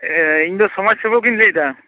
ᱮ ᱤᱧ ᱫᱚ ᱥᱚᱢᱟᱡᱽ ᱥᱮᱵᱚᱠᱤᱧ ᱞᱟᱹᱭᱮᱫᱟ